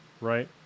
right